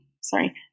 sorry